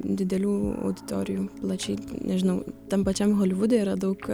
didelių auditorijų plačiai nežinau tam pačiam holivude yra daug